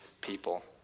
people